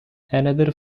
another